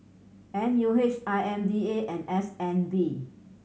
N U H I M D A and S N B